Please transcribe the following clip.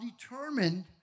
determined